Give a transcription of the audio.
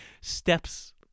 Steps